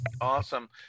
Awesome